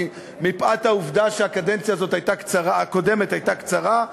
מפאת העובדה שהקדנציה הקודמת הייתה קצרה,